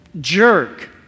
jerk